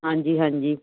ਹਾਂਜੀ ਹਾਂਜੀ